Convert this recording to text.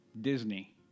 Disney